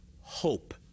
hope